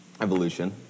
evolution